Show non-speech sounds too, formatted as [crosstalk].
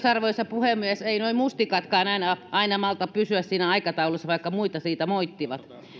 [unintelligible] arvoisa puhemies eivät nuo mustikatkaan aina malta pysyä siinä aikataulussa vaikka muita siitä moittivat